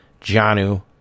Janu